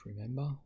remember